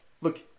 Look